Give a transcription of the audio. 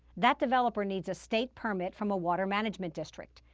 that developer needs a state permit from a water management district.